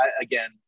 again